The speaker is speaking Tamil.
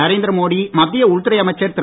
நரேந்திர மோடி மத்திய உள்துறை அமைச்சர் திரு